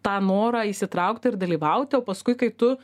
tą norą įsitraukti ir dalyvauti o paskui kai tu